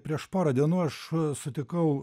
prieš porą dienų aš sutikau